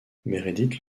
meredith